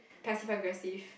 passive aggressive